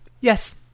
Yes